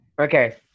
okay